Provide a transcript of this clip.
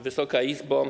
Wysoka Izbo!